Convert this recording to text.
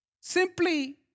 simply